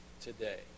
today